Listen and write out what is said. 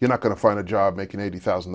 you're not going to find a job making eighty thousand